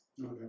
Okay